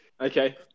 Okay